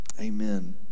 amen